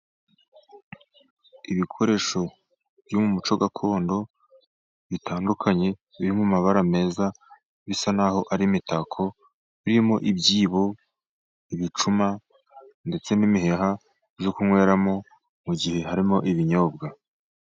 Ibikoresho byo mu muco gakondo bitandukanye, biri mu mabara meza, bisa nk'aho ari imitako. Birimo ibyibo, ibicuma, ndetse n’imiheha yo kunyweramo, mu gihe harimo ibinyobwa.